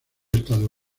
estado